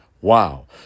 Wow